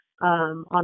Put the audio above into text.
On